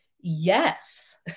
yes